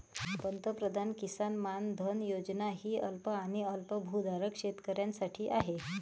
पंतप्रधान किसान मानधन योजना ही अल्प आणि अल्पभूधारक शेतकऱ्यांसाठी आहे